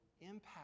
impact